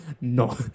no